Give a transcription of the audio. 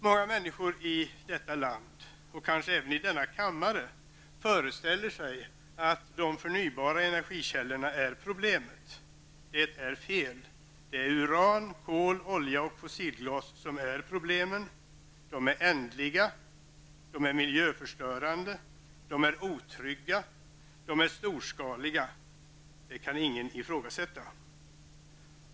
Många människor i detta land och kanske även i denna kammare föreställer sig att det är de förnybara energikällorna som är problemet. Det är fel. Det är uran, kol, olja och fossilgas som är problemen. De är ändliga, de är miljöförstörande, de är otrygga, de är storskaliga, det kan ingen ifrågasätta.